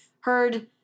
heard